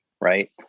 right